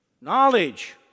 Knowledge